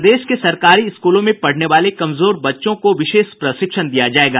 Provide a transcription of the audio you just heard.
प्रदेश के सरकारी स्कूलों में पढ़ने वाले कमजोर बच्चों को विशेष प्रशिक्षण दिया जायेगा